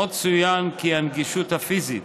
עוד צוין כי הגישה הפיזית